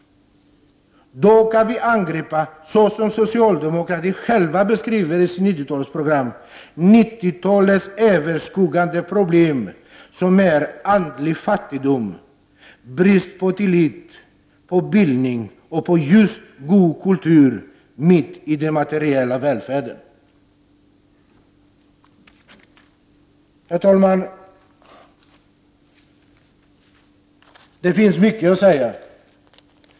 Då kan vi, såsom socialdemokratin beskriver i sitt 90-talsprogram, angripa 90-talets allt överskuggande problem, som är andlig fattigdom, brist på tillit, på bildning och på just god kultur mitt i den materiella välfärden. Herr talman! Det finns mycket att säga.